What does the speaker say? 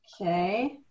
Okay